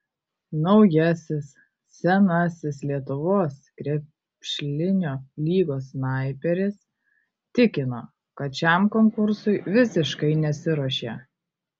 naujasis senasis lietuvos krepšlinio lygos snaiperis tikino kad šiam konkursui visiškai nesiruošė